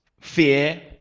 fear